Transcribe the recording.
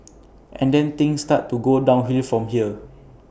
and then things start to go downhill from here